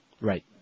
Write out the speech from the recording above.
Right